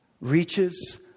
reaches